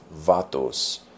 vatos